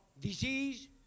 disease